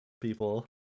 people